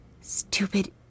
Stupid